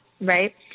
right